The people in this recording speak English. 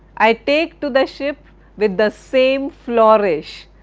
i take to the ship with the same flourish,